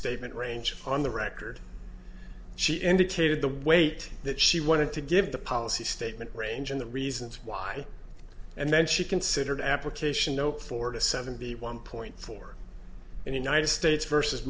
statement range on the record she indicated the weight that she wanted to give the policy statement range in the reasons why and then she considered application no four to seventy one point four in the united states versus